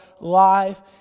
life